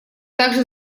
также